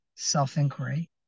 self-inquiry